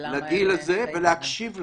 לגיל הזה ולהקשיב להם.